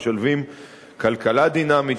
המשלבים כלכלה דינמית,